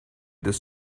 this